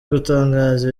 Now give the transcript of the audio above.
gutangaza